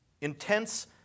Intense